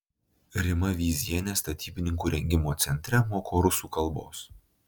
rima vyzienė statybininkų rengimo centre moko rusų kalbos